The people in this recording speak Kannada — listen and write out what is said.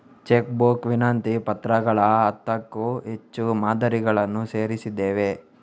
ಚೆಕ್ ಬುಕ್ ವಿನಂತಿ ಪತ್ರಗಳ ಹತ್ತಕ್ಕೂ ಹೆಚ್ಚು ಮಾದರಿಗಳನ್ನು ಸೇರಿಸಿದ್ದೇವೆ